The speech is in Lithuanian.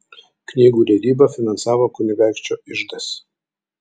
knygų leidybą finansavo kunigaikščio iždas